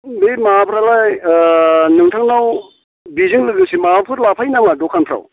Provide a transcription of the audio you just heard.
बै माबाफ्रालाय नोंथांनाव बेजों लोगोसे माबाफोर लाफायो नामा दखानफ्राव